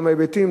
מכמה היבטים,